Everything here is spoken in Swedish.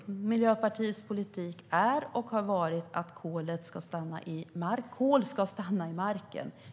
Herr talman! Miljöpartiets politik är och har varit att kol ska stanna i marken.